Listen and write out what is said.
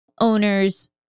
owners